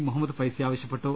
മുഹമ്മദ് ഫൈസി ആവശ്യപ്പെട്ടു